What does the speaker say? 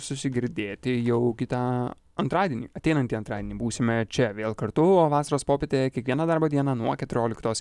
susigirdėti jau kitą antradienį ateinantį antradienį būsime čia vėl kartu o vasaros popietė kiekvieną darbo dieną nuo keturioliktos